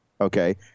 Okay